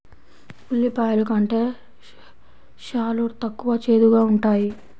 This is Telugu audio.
ఉల్లిపాయలు కంటే షాలోట్ తక్కువ చేదుగా ఉంటాయి